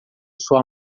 sua